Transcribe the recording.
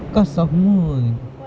cause of moon